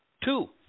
Two